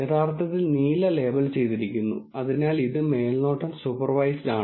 യഥാർത്ഥത്തിൽ നീല ലേബൽ ചെയ്തിരിക്കുന്നു അതിനാൽ ഇത് മേൽനോട്ടം സൂപ്പർവൈസ്ഡ് ആണ്